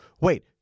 Wait